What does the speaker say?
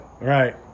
right